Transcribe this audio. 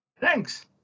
Thanks